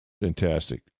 Fantastic